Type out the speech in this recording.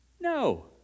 No